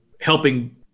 helping